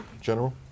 General